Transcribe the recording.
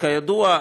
כידוע,